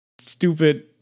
stupid